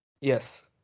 Yes